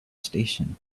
station